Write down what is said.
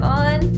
on